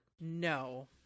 No